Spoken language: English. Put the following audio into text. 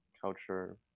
culture